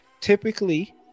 typically